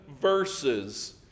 verses